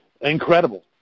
incredible